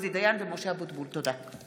עוזי דיין ומשה אבוטבול בנושא: המשבר